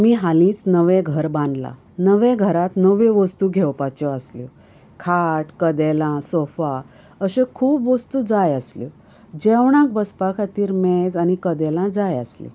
आमी हालींच नवें घर बांदलां नवें घरात नव्यो वस्तू घेवपाच्यो आसल्यो खाट कदेलां सोफा अश्यो खूब वस्तू जाय आसल्यो जेवणाक बसपाक खातीर मेज आनी कदेलां जाय आसलीं